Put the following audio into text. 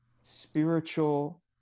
spiritual